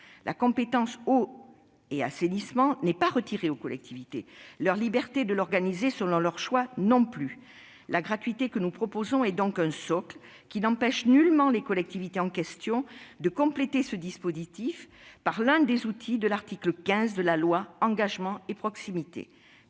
La compétence « eau et assainissement » n'est pas retirée aux collectivités ; la liberté de l'organiser selon leur choix non plus. La gratuité que nous proposons est donc un socle qui n'empêche nullement les collectivités en question de compléter ce dispositif par l'un des outils de l'article 15 de loi Engagement et proximité.